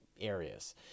Areas